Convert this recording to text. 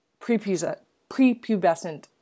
prepubescent